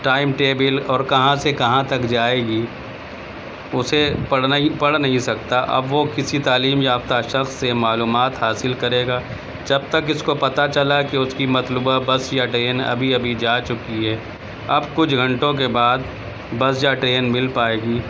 time table اور کہاں سے کہاں تک جائے گی اسے پڑھنا ہی پڑھ نہیں سکتا اب وہ کسی تعلیم یافتہ شخص سے معلومات حاصل کرے گا جب تک اس کو پتا چلا کہ اس کی مطلوبہ بس یا ٹرین ابھی ابھی جا چکی ہے اب کچھ گھنٹوں کے بعد بس یا ٹرین مل پائے گی